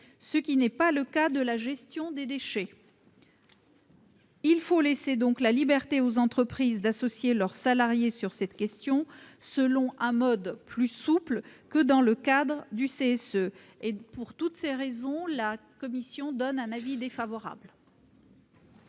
ce qui n'est pas le cas de la gestion des déchets. Il faut laisser aux entreprises la liberté d'associer leurs salariés sur cette question selon un mode plus souple que dans le cadre du CSE. Pour ces raisons, la commission a émis un avis défavorable